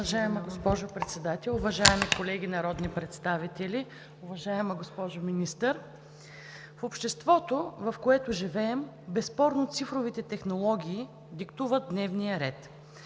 Уважаема госпожо Председател, уважаеми колеги народни представители! Уважаема госпожо Министър, в обществото, в което живеем, безспорно цифровите технологии диктуват дневния ред.